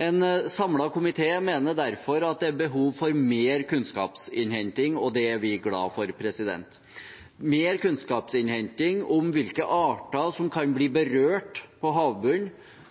En samlet komité mener derfor at det er behov for mer kunnskapsinnhenting, og det er vi glad for – mer kunnskapsinnhenting om hvilke arter som kan bli berørt på havbunnen,